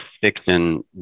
fiction